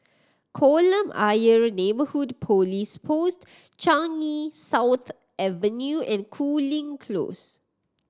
Kolam Ayer Neighbourhood Police Post Changi South Avenue and Cooling Close